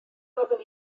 gofyn